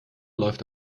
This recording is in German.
läuft